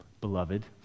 beloved